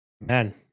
man